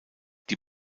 die